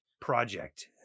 project